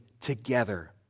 together